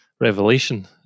revelation